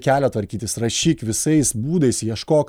kelią tvarkytis rašyk visais būdais ieškok